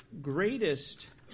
greatest